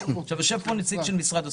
יושב פה נציג של משרד הספורט.